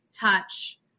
touch